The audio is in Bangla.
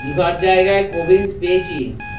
দিভার জায়গায় পেয়েছি